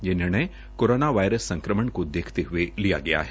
ये निर्णय corona virus संक्रमण को देखते हये लिया गया है